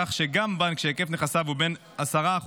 כך שגם בנק שהיקף נכסיו הוא בין 10%